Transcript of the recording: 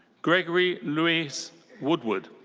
gregory louis woodward.